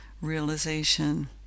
realization